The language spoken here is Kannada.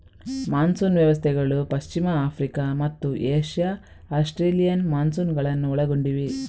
ಮಾನ್ಸೂನ್ ವ್ಯವಸ್ಥೆಗಳು ಪಶ್ಚಿಮ ಆಫ್ರಿಕಾ ಮತ್ತು ಏಷ್ಯಾ ಆಸ್ಟ್ರೇಲಿಯನ್ ಮಾನ್ಸೂನುಗಳನ್ನು ಒಳಗೊಂಡಿವೆ